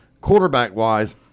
quarterback-wise